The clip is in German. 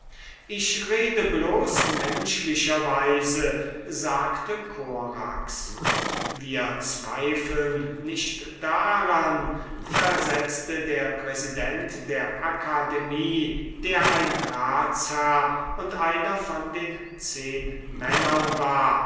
ich rede bloß menschlicher weise sagte korax wir zweifeln nicht daran versetzte der präsident der akademie der ein ratsherr und einer von den zehnmännern war